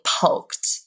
poked